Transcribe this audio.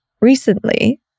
recently